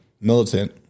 militant